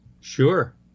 sure